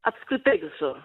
apskritai visur